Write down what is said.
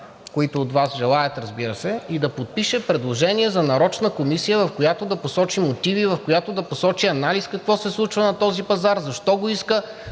които от Вас желаят, разбира се, и да подпише предложение за нарочна комисия, в която да посочи мотиви, в която да посочи анализ какво се случва на този пазар, защо го иска,